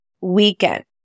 weekend